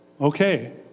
Okay